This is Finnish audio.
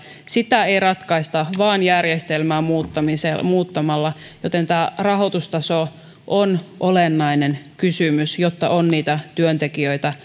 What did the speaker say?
sitä ei ratkaista vain järjestelmää muuttamalla joten tämä rahoitustaso on olennainen kysymys jotta on työntekijöitä